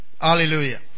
Hallelujah